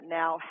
now